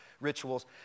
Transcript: rituals